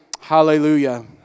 Hallelujah